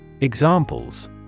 Examples